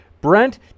Brent